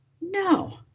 no